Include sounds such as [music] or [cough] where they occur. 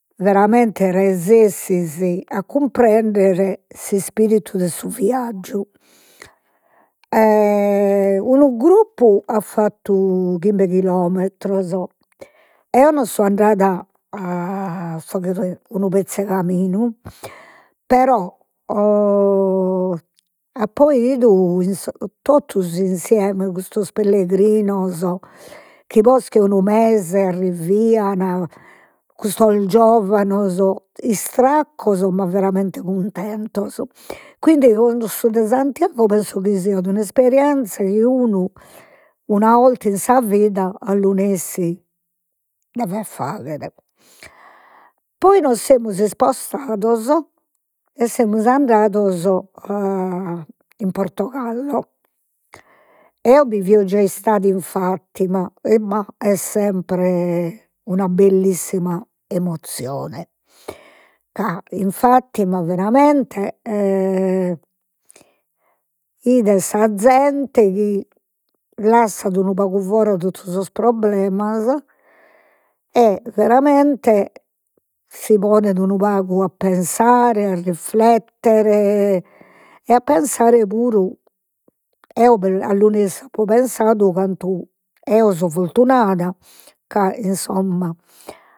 Veramente resessis a cumprender s'ispiritu de su viaggiu [hesitation] unu gruppu at fattu chimbe chilometros, eo non so andada a [noise] unu pezzu 'e caminu però [hesitation] apo 'idu in [hesitation] totu s'insieme 'e custos pellegrinos, chi posca 'e unu mese arrivian, custos giovanos, istraccos, ma veramente cuntentos, quindi cussu 'e Santiago penso chi siat un'isperienscia chi unu una 'orta in sa vida assunessi deve faghere. Poi nos semus ispostados e semus andados a in Portogallo, eo bi fio già istada in Fatima e [hesitation] est sempre una bellissima emozione, ca in Fatima veramente [hesitation] 'ides sa zente chi lassat unu pagu fora sos problemas e veramente si ponet unu pagu a pensare a rifletter e a pensare puru, eo assunessi apo pensadu, cantu eo so fortunada ca insomma